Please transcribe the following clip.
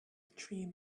tree